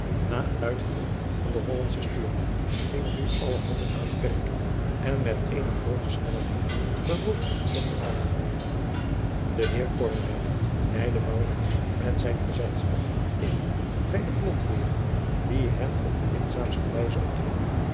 a een luid geroep van den ollandschen stuurman gingen nu alle handen aan het werk en met eene groote snelheid bewoog zich het log gevaarte e eer leide met zijn gezelfschap in bij den lotheer die hen op de minzaamste wijze ontving